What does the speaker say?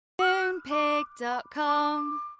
Moonpig.com